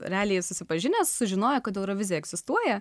realiai susipažinęs sužinojo kad eurovizija egzistuoja